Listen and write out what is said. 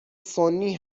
سنی